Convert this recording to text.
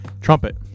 trumpet